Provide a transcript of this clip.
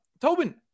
Tobin